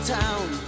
town